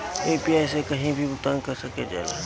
UPI से कहीं भी भुगतान कर जा सकेला?